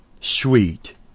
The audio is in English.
Sweet